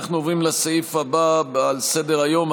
אנחנו עובדים לסעיף הבא על סדר-היום: